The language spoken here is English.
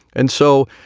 and so.